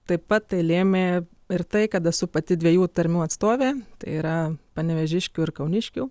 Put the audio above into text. taip pat tai lėmė ir tai kad esu pati dvejų tarmių atstovė yra panevėžiškių ir kauniškių